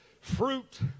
Fruit